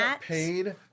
paid